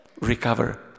recover